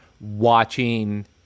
watching